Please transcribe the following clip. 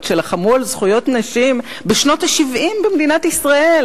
שלחמו על זכויות נשים בשנות ה-70 במדינת ישראל.